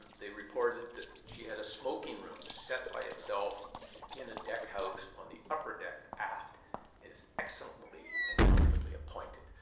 they reported that she had a smoking room set by itself in a deck house on the upper deck aft is excellently and comfortably appointed.